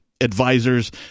advisors